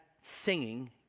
singing